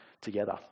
together